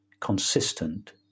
consistent